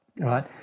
Right